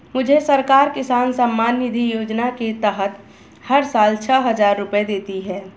मुझे सरकार किसान सम्मान निधि योजना के तहत हर साल छह हज़ार रुपए देती है